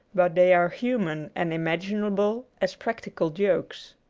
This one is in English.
but they are human and imaginable as practical jokes.